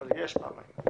אבל יש פעמיים.